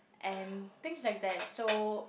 and things like that so